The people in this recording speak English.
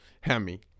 Hemi